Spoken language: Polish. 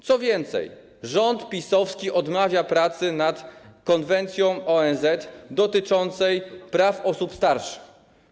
Co więcej, rząd PiS-owski odmawia pracy nad Konwencją ONZ dotyczącą praw osób starszych.